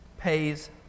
pays